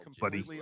buddy